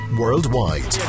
worldwide